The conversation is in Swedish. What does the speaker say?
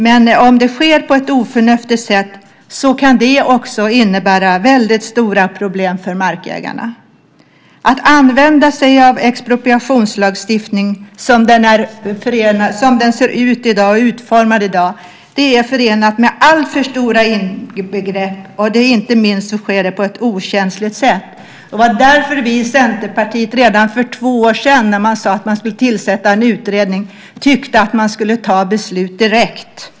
Men om det sker på ett oförnuftigt sätt kan det innebära väldigt stora problem för markägarna. Att använda sig av expropriationslagstiftningen, som den är utformad i dag, är förenat med alltför stora ingrepp, inte minst sker det på ett okänsligt sätt. Därför tyckte vi i Centerpartiet redan för två år sedan, när man skulle tillsätta en utredning, att man skulle ta ett beslut direkt.